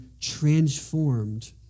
transformed